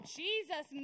jesus